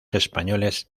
españoles